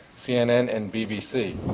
cnn, and bbc.